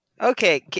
Okay